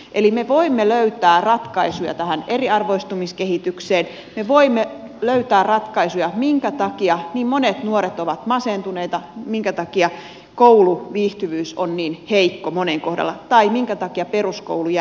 eli me voimme löytää ratkaisuja tähän eriarvoistumiskehitykseen me voimme löytää ratkaisuja minkä takia niin monet nuoret ovat masentuneita minkä takia kouluviihtyvyys on niin heikko monen kohdalla tai minkä takia peruskoulu jää suorittamatta